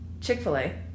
Chick-fil-A